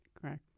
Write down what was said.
Correct